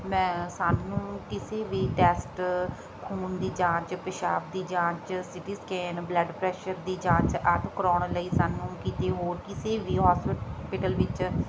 ਮੈਂ ਸਾਨੂੰ ਕਿਸੇ ਵੀ ਟੈਸਟ ਖੂਨ ਦੀ ਜਾਂਚ ਪਿਸ਼ਾਬ ਦੀ ਜਾਂਚ ਸਿਟੀ ਸਕੈਨ ਬਲੱਡ ਪ੍ਰੈਸ਼ਰ ਦੀ ਜਾਂਚ ਆਦਿ ਕਰਵਾਉਣ ਲਈ ਸਾਨੂੰ ਕਿਤੇ ਹੋਰ ਕਿਸੇ ਵੀ ਹੋਸਪਿਟਲ ਵਿੱਚ